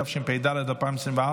התשפ"ד 2024,